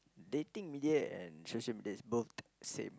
dating media and social media is both same